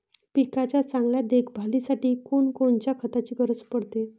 पिकाच्या चांगल्या देखभालीसाठी कोनकोनच्या खताची गरज पडते?